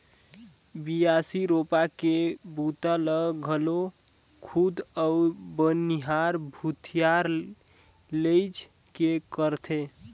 बियासी, रोपा के बूता ल घलो खुद अउ बनिहार भूथिहार लेइज के करथे